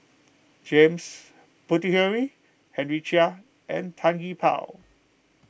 James Puthucheary Henry Chia and Tan Gee Paw